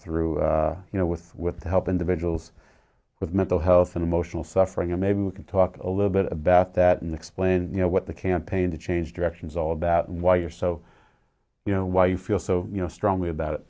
through you know with with help individuals with mental health emotional suffering and maybe you can talk a little bit about that in the explain you know what the campaign to change directions all about and why you're so you know why you feel so strongly about it